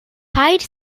paid